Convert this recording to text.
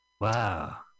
Wow